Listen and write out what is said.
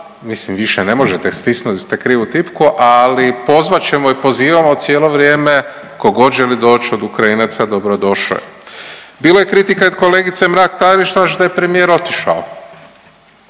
mislim više ne možete, stisnuli ste krivu tipku, ali pozvat ćemo i pozivamo cijelo vrijeme ko god želi doć od Ukrajinaca dobrodošao je. Bilo je kritika i od kolegice Mrak-Taritaš da je premijer otišao,